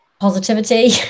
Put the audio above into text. positivity